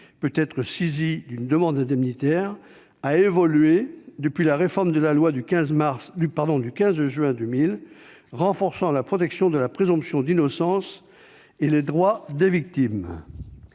peut être saisie d'une demande indemnitaire a évolué depuis la réforme de la loi du 15 juin 2000 renforçant la protection de la présomption d'innocence et les droits des victimes.